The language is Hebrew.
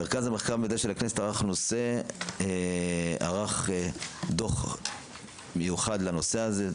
מרכז המחקר והמידע של הכנסת ערך דו"ח מיוחד לנושא הזה.